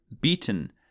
beaten